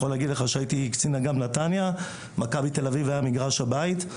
הייתי קצין אג"מ נתניה, מכבי ת"א היה מגרש הבית.